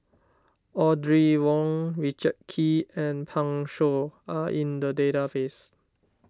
Audrey Wong Richard Kee and Pan Shou are in the database